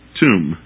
tomb